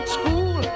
school